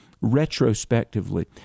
retrospectively